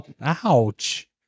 Ouch